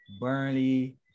Burnley